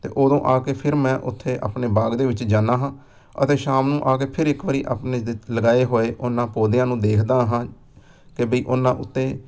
ਅਤੇ ਉਦੋਂ ਆ ਕੇ ਫਿਰ ਮੈਂ ਉੱਥੇ ਆਪਣੇ ਬਾਗ ਦੇ ਵਿੱਚ ਜਾਂਦਾ ਹਾਂ ਅਤੇ ਸ਼ਾਮ ਨੂੰ ਆ ਕੇ ਫਿਰ ਇੱਕ ਵਾਰੀ ਆਪਣੇ ਲਗਾਏ ਹੋਏ ਉਹਨਾਂ ਪੌਦਿਆਂ ਨੂੰ ਦੇਖਦਾ ਹਾਂ ਅਤੇ ਬਈ ਉਹਨਾਂ ਉੱਤੇ